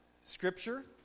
Scripture